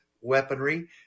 weaponry